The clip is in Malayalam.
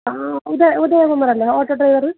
ആ ഇത് ഉദയകുമാറല്ലേ ഓട്ടോ ഡ്രൈവർ